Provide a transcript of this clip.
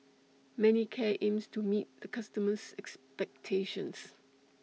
Manicare aims to meet The customers' expectations